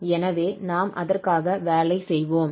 எனவே நாம் அதற்காக வேலை செய்வோம்